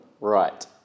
right